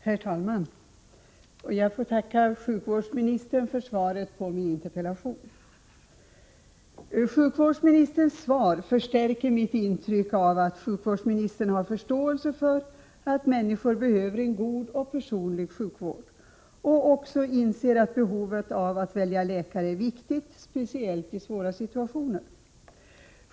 Herr talman! Jag får tacka sjukvårdsministern för svaret på min interpellation. Sjukvårdsministerns svar förstärker mitt intryck av att sjukvårdsministern har förståelse för att människor behöver en god och personlig sjukvård. Hon inser också att möjligheten att kunna välja läkare är viktig, speciellt i svåra situationer.